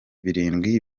birindwi